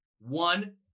One